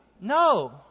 No